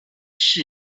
市郊